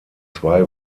zwei